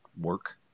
work